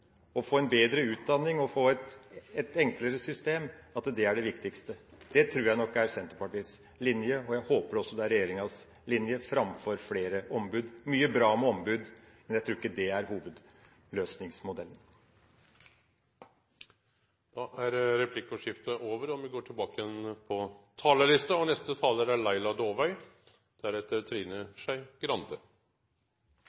få en bedre utdanning og få et enklere system. Det tror jeg nok er Senterpartiets linje, og jeg håper også det er regjeringas linje, framfor flere ombud. Det er mye bra med ombud, men jeg tror ikke det er hovedløsningsmodellen. Replikkordskiftet er over. Det er en glede for meg å få presentere Kristelig Folkepartis gode alternative budsjett for arbeids- og sosialsektoren med en ramme som er